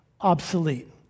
obsolete